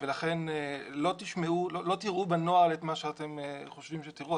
ולכן לא תראו בנוהל את מה שאתם חושבים שתראו.